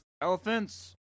Elephants